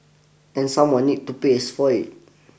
and someone need to paya for it